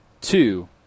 Two-